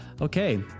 Okay